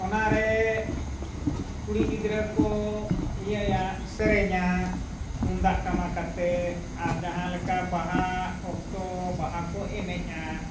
ᱚᱱᱟᱨᱮ ᱠᱩᱲᱤ ᱜᱤᱫᱽᱨᱟᱹ ᱠᱚ ᱤᱭᱟᱹᱭᱟ ᱥᱮᱨᱮᱧᱟ ᱛᱩᱢᱫᱟᱜ ᱴᱟᱢᱟᱠ ᱟᱛᱮᱫ ᱟᱨ ᱡᱟᱦᱟᱸ ᱞᱮᱠᱟ ᱵᱟᱦᱟ ᱚᱠᱛᱚ ᱵᱟᱦᱟ ᱠᱚ ᱮᱱᱮᱡᱼᱟ